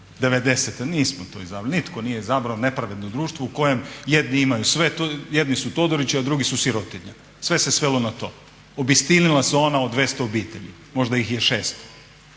Nismo to izabrali, nitko nije izabrao nepravedno društvo u kojem jedni imaju sve, jedni su Todorići a drugi su sirotinja, sve se svelo na to. Obistinila se ona o 200 obitelji. Možda ih je 600